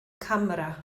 camera